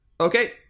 Okay